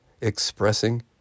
expressing